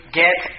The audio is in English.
get